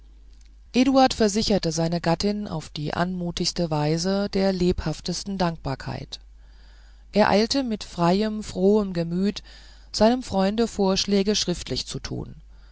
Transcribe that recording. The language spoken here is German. eduard versicherte seine gattin auf die anmutigste weise der lebhaftesten dankbarkeit er eilte mit freiem frohem gemüt seinem freunde vorschläge schriftlich zu tun